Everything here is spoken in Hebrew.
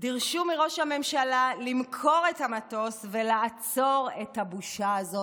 דרשו מראש הממשלה למכור את המטוס ולעצור את הבושה הזאת.